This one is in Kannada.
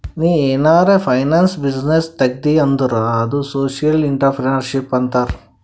ನೀ ಏನಾರೆ ಫೈನಾನ್ಸ್ ಬಿಸಿನ್ನೆಸ್ ತೆಗ್ದಿ ಅಂದುರ್ ಅದು ಸೋಶಿಯಲ್ ಇಂಟ್ರಪ್ರಿನರ್ಶಿಪ್ ಅಂತಾರ್